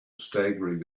staggering